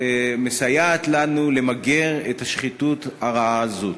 שמסייעת לנו למגר את השחיתות הרעה הזאת.